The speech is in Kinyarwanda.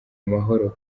amahoro